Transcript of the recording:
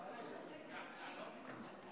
חבר'ה, ביקשו ממני לעלות, אז